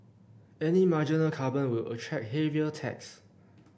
any marginal carbon will attract heavier tax